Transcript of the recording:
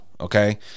okay